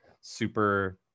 super